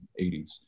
80s